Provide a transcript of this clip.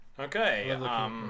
Okay